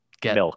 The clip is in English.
get